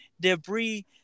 debris